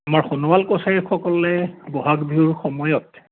আমাৰ সোণোৱাল কছাৰীসকলে বহাগ বিহুৰ সময়ত